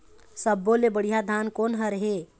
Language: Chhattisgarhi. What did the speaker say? सब्बो ले बढ़िया धान कोन हर हे?